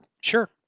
Sure